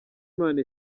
imana